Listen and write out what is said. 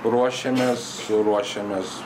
ruošiamės ruošiamės